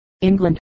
England